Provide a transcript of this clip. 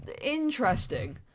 interesting